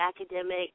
academic